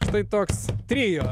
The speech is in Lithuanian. štai toks trio